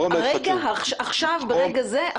עכשיו ברגע זה,